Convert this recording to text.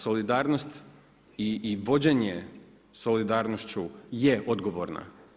Solidarnost i vođenje solidarnošću je odgovorna.